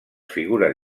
figures